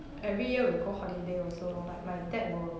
every year will go holiday also lor like my dad will